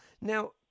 Now